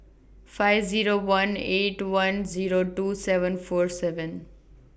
five Zero one eight one Zero two seven four seven